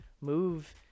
move